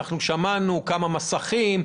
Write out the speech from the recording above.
הרי שמענו טענה שיש כמה מסכים,